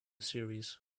series